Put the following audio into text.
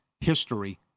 history